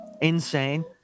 insane